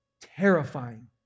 terrifying